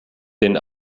den